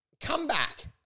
comeback